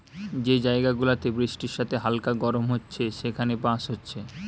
যে জায়গা গুলাতে বৃষ্টির সাথে হালকা গরম হচ্ছে সেখানে বাঁশ হচ্ছে